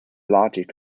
logic